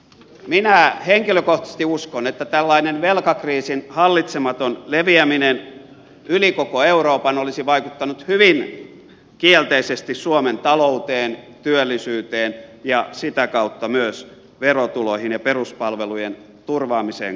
minä henkilökohtaisesti uskon että tällainen velkakriisin hallitsematon leviäminen yli koko euroopan olisi vaikuttanut hyvin kielteisesti suomen talouteen työllisyyteen ja sitä kautta myös verotuloihin ja peruspalvelujen turvaamiseen kansalaisille